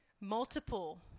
Multiple